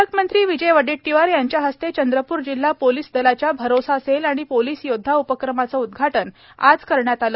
पालकमंत्री विजय वडेट्टीवार यांच्या हस्ते चंद्रपूर जिल्हा पोलीस दलाच्या भरोसा सेल आणि पोलीस योद्धा उपक्रमाचं उद्घाटन आज करण्यात आलं